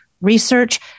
research